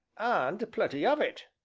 and plenty of it,